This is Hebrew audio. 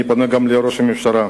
אני פונה גם אל ראש הממשלה,